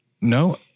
no